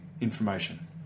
information